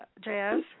Jazz